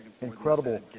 incredible